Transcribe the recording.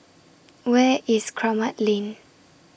Where IS Kramat Lane